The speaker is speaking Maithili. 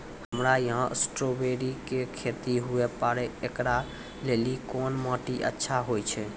हमरा यहाँ स्ट्राबेरी के खेती हुए पारे, इकरा लेली कोन माटी अच्छा होय छै?